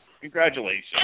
Congratulations